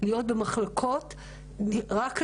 להיות במחלקות רק לנשים,